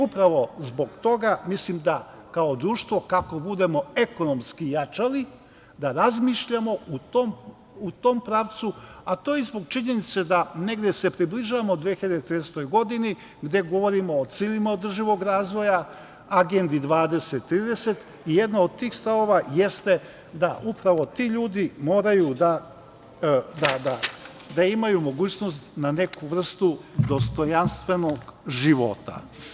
Upravo zbog toga, mislim da kao društvo budemo ekonomski jačali, da razmišljamo u tom pravcu a to je zbog činjenice da negde se približavamo 2030. godini gde govorimo o ciljevima održivog razvoja, Agendi 2030 i jedna od tih stavova jeste da upravo ti moraju da imaju mogućnost na neku vrstu dostojanstvenog života.